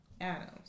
Adams